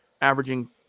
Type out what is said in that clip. averaging